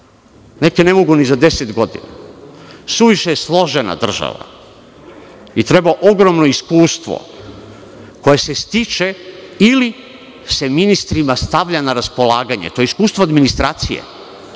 neke ne mogu ni za deset godina. Suviše je složena država i treba ogromno iskustvo koje se stiče ili se ministrima stavlja na raspolaganje. To je iskustvo administracije